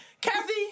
Kathy